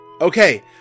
Okay